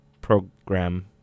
program